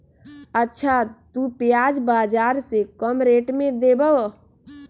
अच्छा तु प्याज बाजार से कम रेट में देबअ?